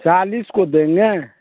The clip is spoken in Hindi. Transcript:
चालीस को देंगे